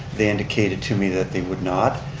they indicated to me that they would not,